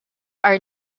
are